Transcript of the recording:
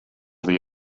they